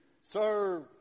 serve